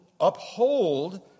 uphold